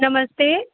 नमस्ते